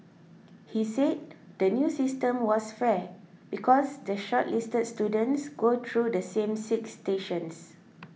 he said the new system was fair because the shortlisted students go through the same six stations